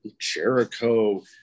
jericho